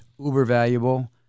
uber-valuable